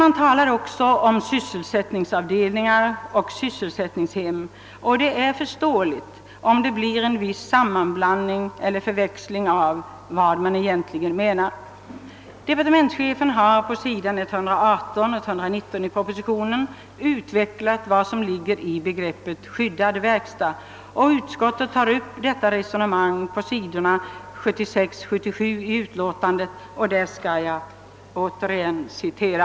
Det talas också om sysselsättningsavdelningar och sysselsättningshem, och det är förståeligt om det uppstår förväxling om vad som egentligen menas. Departementschefen har på sidorna 118 och 119 i propositionen utvecklat vad som ligger i begreppet »skyddad verkstad», och utskottet tar upp detta resonemang på sidorna 76 och 77 i utlåtandet och här skall jag återigen citera.